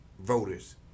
voters